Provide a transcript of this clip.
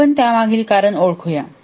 आपण त्यामागील कारण ओळखू या